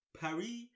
Paris